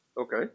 Okay